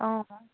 অঁ